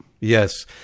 Yes